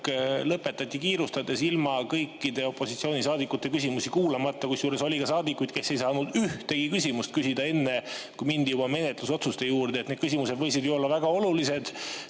lõpetati kiirustades, ilma kõikide opositsioonisaadikute küsimusi kuulamata, kusjuures oli saadikuid, kes ei olnud saanud ühtegi küsimust küsida, kui juba mindi menetlusotsuste juurde. Need küsimused võisid ju olla väga olulised,